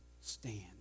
stand